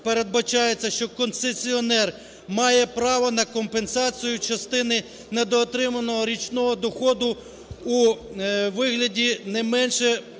що концесіонер має право на компенсацію частини недоотриманого річного доходу у вигляді не більше